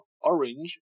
orange